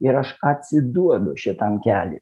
ir aš atsiduodu šitam keliui